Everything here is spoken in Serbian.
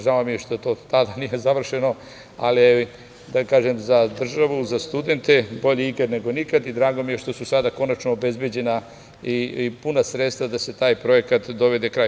Žao mi je što od tad nije završeno, ali je za državu, za studente bolje ikad nego nikad i drago mi je što su sada konačno obezbeđena i puna sredstva da se taj projekat dovede kraju.